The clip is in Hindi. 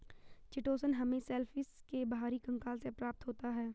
चिटोसन हमें शेलफिश के बाहरी कंकाल से प्राप्त होता है